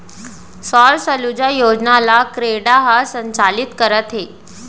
सौर सूजला योजना ल क्रेडा ह संचालित करत हे